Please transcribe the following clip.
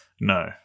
No